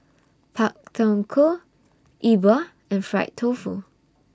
Pak Thong Ko Yi Bua and Fried Tofu